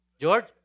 George